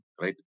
right